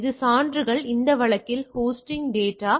இந்த சான்றுகள் இந்த வழக்கில் ஹோஸ்டின் டேட்டா